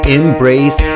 embrace